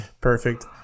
Perfect